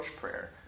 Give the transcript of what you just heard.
prayer